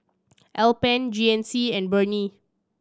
Alpen G N C and Burnie